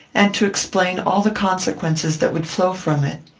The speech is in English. and to explain all the consequences that would flow from it.